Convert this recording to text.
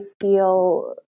feel